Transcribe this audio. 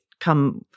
come